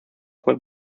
fue